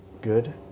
good